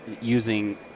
using